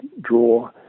draw